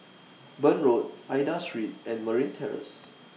Burn Road Aida Street and Marine Terrace